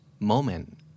moment